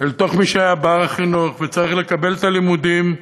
אל מי שהיה בר-חינוך וצריך לקבל את הלימודים,